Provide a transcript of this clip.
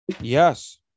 Yes